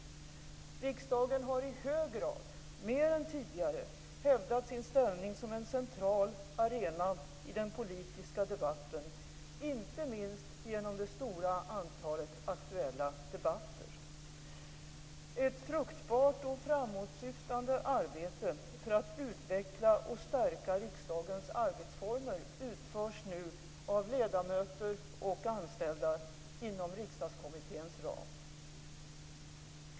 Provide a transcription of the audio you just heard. Riksdagen har i hög grad, mer än tidigare, hävdat sin ställning som en central arena i den politiska debatten, inte minst genom det stora antalet aktuella debatter. Ett fruktbart och framåtsyftande arbete för att utveckla och stärka riksdagens arbetsformer utförs nu av ledamöter och anställda inom Riksdagskommitténs ram.